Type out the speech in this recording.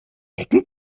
ecken